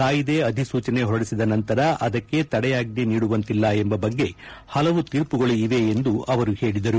ಕಾಯಿದೆ ಅಧಿಸೂಚನೆ ಹೊರಡಿಸಿದ ನಂತರ ಅದಕ್ಷೆ ತಡೆಯಾಜ್ಷೆ ನೀಡುವಂತಿಲ್ಲ ಎಂಬ ಬಗ್ಗೆ ಹಲವು ತೀರ್ಪುಗಳು ಇವೆ ಎಂದು ಅವರು ಹೇಳಿದರು